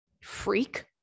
Freak